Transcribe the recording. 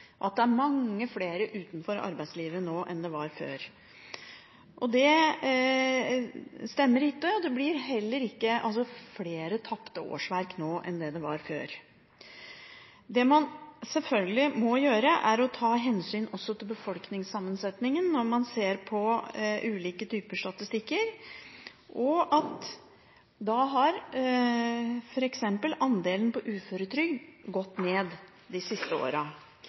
og at det er mange flere utenfor arbeidslivet nå enn før. Det stemmer ikke, og det blir heller ikke flere tapte årsverk nå enn det var før. Det man selvfølgelig må gjøre, er å ta hensyn også til befolkningssammensetningen når man ser på ulike typer statistikker, og da har f.eks. andelen på uføretrygd gått ned de siste